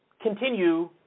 continue